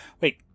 Wait